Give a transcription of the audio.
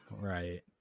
Right